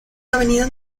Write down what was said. avenidas